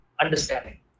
understanding